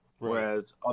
Whereas